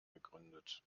gegründet